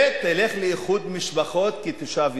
ותלך לאיחוד משפחות כתושב ישראל,